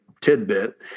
tidbit